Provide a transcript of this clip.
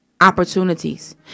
opportunities